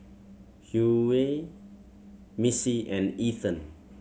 Hughey Missie and Ethen